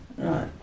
Right